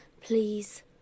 Please